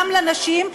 גם לנשים,